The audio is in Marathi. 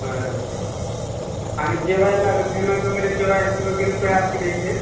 बरं बर आणि जेवायला फेमस वगैरे जेवायची वगैरे सोय असते का इथे